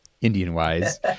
Indian-wise